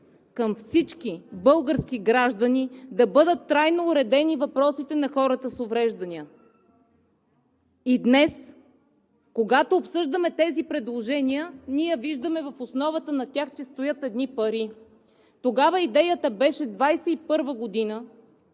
към всички български граждани да бъдат трайно уредени въпросите на хората с увреждания. И днес, когато обсъждаме тези предложения, ние виждаме в основата на тях, че стоят едни пари. Тогава идеята беше 2021 г.